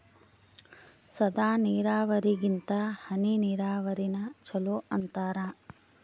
ಸಾದ ನೀರಾವರಿಗಿಂತ ಹನಿ ನೀರಾವರಿನ ಚಲೋ ಅಂತಾರ